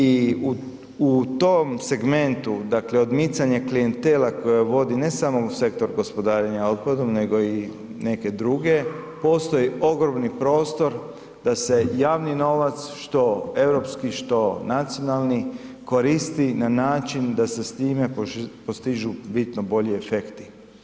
I u tom segmentu dakle odmicanje klijentela koje vodi, ne samo u sektor gospodarenja otpadom nego i neke druge, postoji ogromni prostor da se javni novac što europski, što nacionalni koristi na način da se s time postižu bitno bolji efekti.